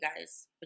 guys